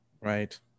Right